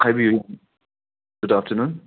ꯍꯥꯏꯕꯤꯌꯨ good afternoon